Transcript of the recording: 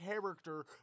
character